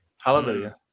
Hallelujah